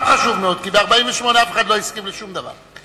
כי ב-1948 אף אחד לא הסכים לשום דבר.